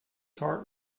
heart